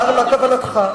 מה כוונתך?